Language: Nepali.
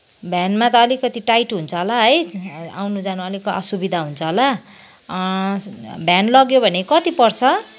भ्यानमा त अलिकति टाइट हुन्छ होला है आउनु जानु अलिक असुविधा हुन्छ होला भ्यान लग्यो भने कति पर्छ